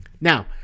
Now